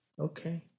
Okay